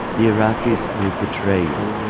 the iraqis will betray you.